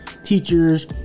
teachers